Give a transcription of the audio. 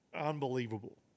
unbelievable